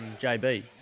JB